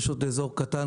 יש עוד אזור קטן,